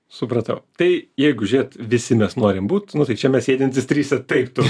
supratau tai jeigu žiūrėt visi mes norim būt nu tai čia mes sėdintys trise taip tur